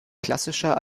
klassischer